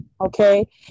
Okay